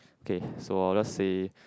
okay so I'll just say